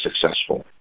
successful